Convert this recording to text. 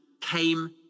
came